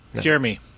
Jeremy